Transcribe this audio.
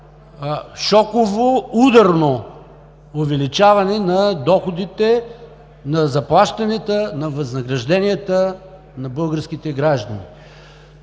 шоково, ударно увеличаване на доходите, на заплащанията, на възнагражденията на българските граждани.